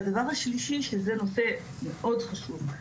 והדבר השלישי שזה נושא מאוד חשוב,